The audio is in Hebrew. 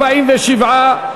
47,